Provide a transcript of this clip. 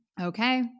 Okay